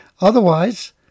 Otherwise